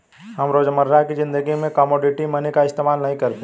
हम रोजमर्रा की ज़िंदगी में कोमोडिटी मनी का इस्तेमाल नहीं करते